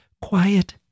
quiet